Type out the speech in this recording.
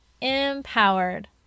empowered